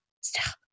stop